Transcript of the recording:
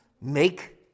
Make